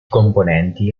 componenti